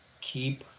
keep